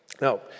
Now